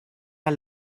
kaj